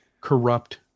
corrupt